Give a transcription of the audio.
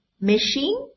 machine